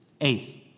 Eighth